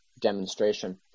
demonstration